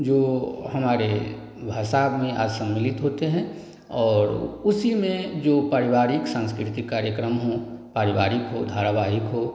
जो हमारे भाषा में आज सम्मिलित होते हैं और उसी में जो पारिवारिक सांस्कृतिक कार्यक्रम हों पारिवारिक हो धारावाहिक हो